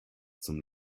zum